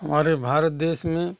हमारे भारत देश में